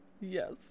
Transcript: Yes